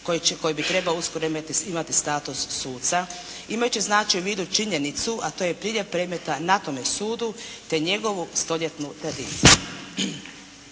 koji bi uskoro trebao imati status suca. Imajući znači u vidu činjenicu a to je priljev predmeta na tome sudu, te njegovu stoljetnu tradiciju.